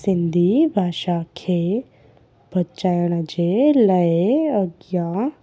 सिंधी भाषा खे बचाइण जे लाइ अगियां